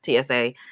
TSA